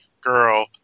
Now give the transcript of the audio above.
girl